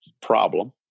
problem